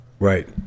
Right